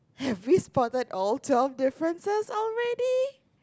have we spotted all twelve differences already